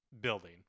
building